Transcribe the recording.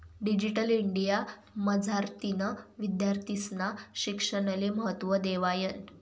digital India मझारतीन विद्यार्थीस्ना शिक्षणले महत्त्व देवायनं